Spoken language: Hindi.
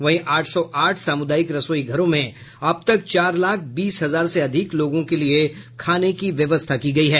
वहीं आठ सौ आठ सामुदायिक रसोई घरों में अब तक चार लाख बीस हजार से अधिक लोगों के लिये खाने की व्यवस्था की गयी है